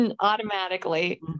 automatically